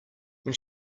when